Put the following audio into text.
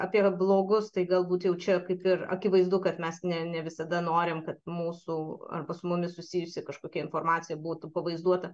apie blogus tai galbūt jau čia kaip ir akivaizdu kad mes ne ne visada norim kad mūsų arba mumis susijusi kažkokia informacija būtų pavaizduota